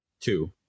two